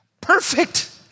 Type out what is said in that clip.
perfect